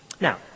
Now